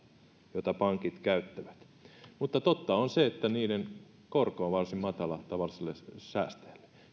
jota pankit käyttävät mutta totta on se että sen korko on varsin matala tavalliselle säästäjälle